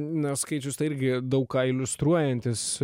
na skaičius tai irgi daug kailių iliustruojantis